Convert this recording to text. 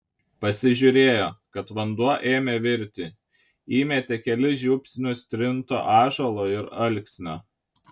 pasižiūrėjo kad vanduo ėmė virti įmetė kelis žiupsnius trinto ąžuolo ir alksnio